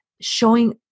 showing